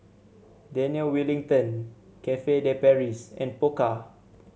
Daniel Wellington Cafe De Paris and Pokka